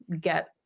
get